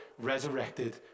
resurrected